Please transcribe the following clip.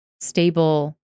stable